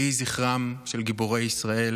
יהי זכרם של גיבורי ישראל